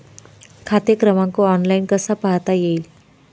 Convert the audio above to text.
खाते क्रमांक ऑनलाइन कसा पाहता येईल?